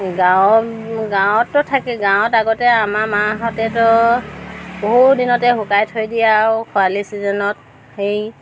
গাঁৱৰ গাঁৱততো থাকে গাঁৱত আগতে আমাৰ মাহঁতেতো বহু দিনতে শুকাই থৈ দিয়ে আও খৰালি ছিজনত সেই